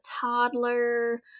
toddler